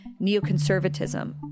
neoconservatism